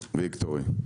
ויקטורי.